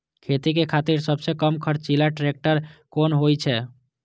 खेती के खातिर सबसे कम खर्चीला ट्रेक्टर कोन होई छै?